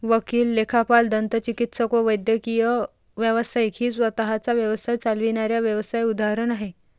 वकील, लेखापाल, दंतचिकित्सक व वैद्यकीय व्यावसायिक ही स्वतः चा व्यवसाय चालविणाऱ्या व्यावसाय उदाहरण आहे